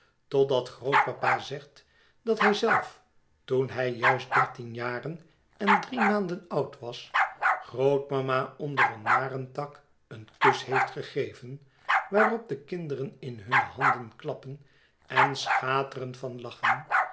totdat grootpapa zegt dat hij zelf toen hij juist dertien jaren en drie maanden oud was grootmama onder een marentak een kus heeft gegeven waarop de kinderen in hunne handen klappen en schateren van lachen